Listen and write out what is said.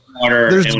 water